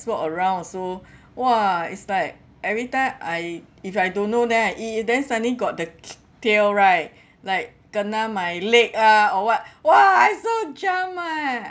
walk around also !wah! it's like everytime I if I don't know then I eat eat then suddenly got the t~ tail right like kena my leg ah or what !wah! I so jump eh